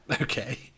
Okay